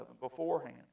beforehand